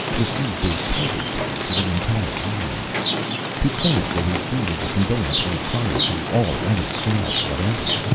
received a title-deed to the entire island he claims that his deed is a conveyance made previous to all other sales whatever.